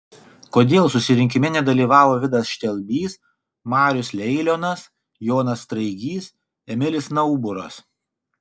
kodėl susirinkime nedalyvavo vidas štelbys marius leilionas jonas straigys emilis nauburas